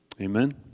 Amen